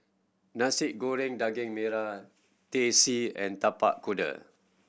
Nasi Goreng Daging Merah Teh C and Tapak Kuda